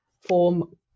form